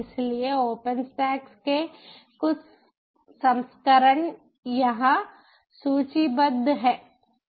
इसलिए ओपनस्टैक्स के कुछ संस्करण यहां सूचीबद्ध हैं